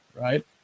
right